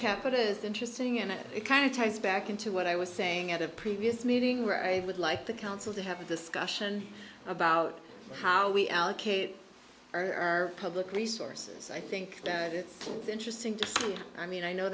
capita is interesting and it kind of ties back into what i was saying at a previous meeting where i would like the council to have a discussion about how we allocate our public resources i think that it's interesting to see i mean i know